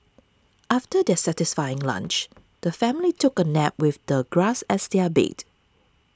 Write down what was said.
after their satisfying lunch the family took a nap with the grass as their bed